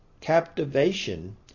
captivation